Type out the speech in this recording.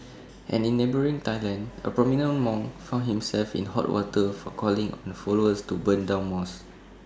and in neighbouring Thailand A prominent monk found himself in hot water for calling on followers to burn down mosques